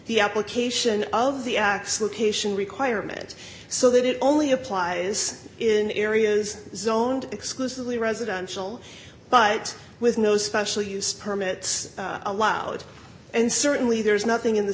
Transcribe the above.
the application of the x location requirement so that it only applies in areas zoned exclusively residential but with no special use permit allowed and certainly there is nothing in the